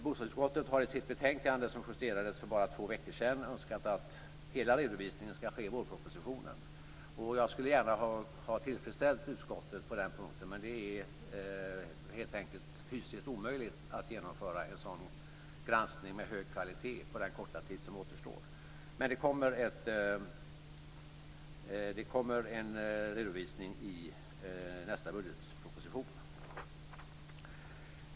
Bostadsutskottet har i sitt betänkande, som justerades för bara två veckor sedan, framfört önskemål om att hela redovisningen ska lämnas i vårpropositionen, och jag skulle gärna ha tillfredsställt utskottet på den punkten, men det är helt enkelt fysiskt omöjligt att genomföra en sådan granskning med hög kvalitet på den korta tid som återstår. Det kommer dock en redovisning i nästa budgetproposition.